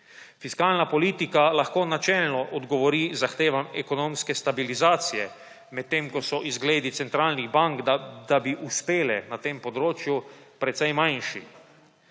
Fiskalna politika lahko načelno odgovori zahtevam ekonomske stabilizacije, medtem ko so izgledi centralnih bank, da bi uspele na tem področju, precej manjši.